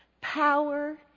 power